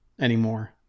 anymore